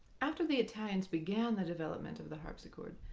after the italians began the development of the harpsichord,